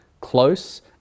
close